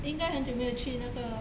应该很久没有去那个